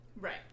right